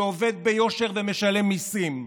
שעובד ביושר ומשלם מיסים.